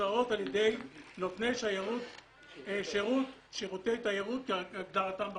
ומבוצעות על ידי נותני שירותי תיירות כהגדרתם בחוק".